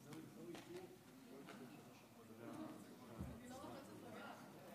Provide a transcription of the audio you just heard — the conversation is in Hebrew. חברי הכנסת, בבקשה לתפוס את המקומות.